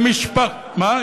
מה?